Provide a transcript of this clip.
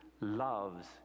loves